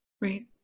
Right